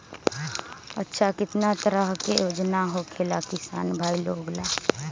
अच्छा कितना तरह के योजना होखेला किसान भाई लोग ला?